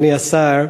אדוני השר,